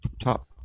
top